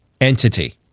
entity